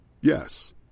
Yes